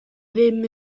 ddim